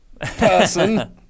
person